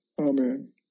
Amen